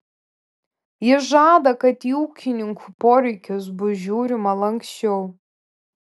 jis žada kad į ūkininkų poreikius bus žiūrima lanksčiau